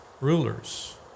rulers